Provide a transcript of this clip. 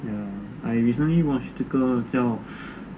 ya I recently watched 这个叫